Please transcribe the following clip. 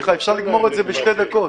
אפשר לגמור את זה בשתי דקות.